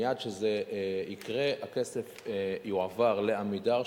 מייד כשזה יקרה הכסף יועבר ל"עמידר",